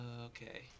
Okay